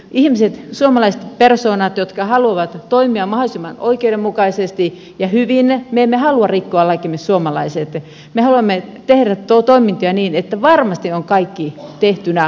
me suomalaiset haluamme toimia mahdollisimman oikeudenmukaisesti ja hyvin me emme halua rikkoa lakia me haluamme tehdä toimintoja niin että varmasti on kaikki tehtynä oikein